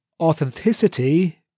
Authenticity